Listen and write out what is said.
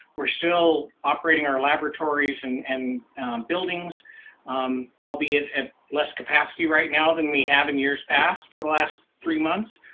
we're still operating our laboratories and and buildings um albeit at less capacity right now than we have in years past for the last three months.